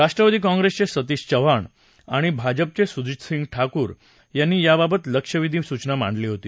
राष्ट्रवादी कॉंग्रेसचे सतीश चव्हाण आणि भाजपचे सुजितसिंह ठाकूर यांनी याबाबत लक्षवेधी सूचना मांडली होती